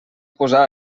posar